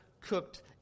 cooked